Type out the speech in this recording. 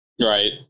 right